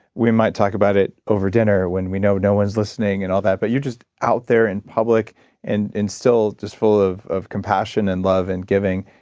we might talk about it over dinner when we know no one's listening and all that, but you're just out there in public and still just full of of compassion and love and giving.